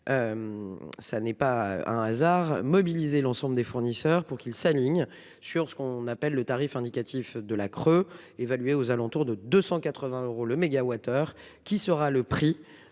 mobiliser l'ensemble des fournisseurs pour qu'ils s'alignent sur ce qu'on appelle le tarif indicatif de la creux évalué aux alentours de 280 euros le mégawattheure. Qui sera le prix.